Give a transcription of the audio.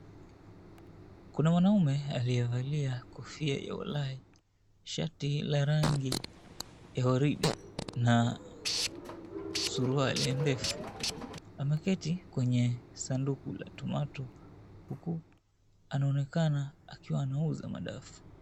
Kuna mwanaume aliyevalia kofia ya walai , shati la rangi ya waridi na suruali ndefu. Ameketi kwenye sanduku la tomato huku anaonekana akiwa anauza madafu.